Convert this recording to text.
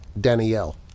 Danielle